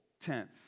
tenth